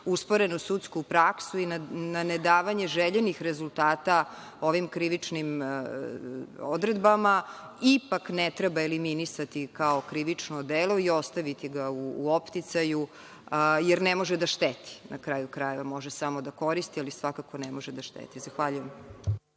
usporenu sudsku praksu i na nedavanje željenih rezultata ovim krivičnim odredbama, ipak ne treba eliminisati kao krivično delo i ostaviti ga u opticaju, jer ne može da šteti. Na kraju krajeva, može samo da koristi, ali svakako ne može da šteti. Zahvaljujem.